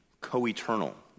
co-eternal